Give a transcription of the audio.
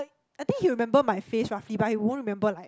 I think he'll remember my face roughly but he won't remember like